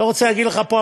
אני לא רוצה להגיד לך פה,